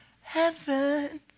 heaven